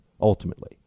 ultimately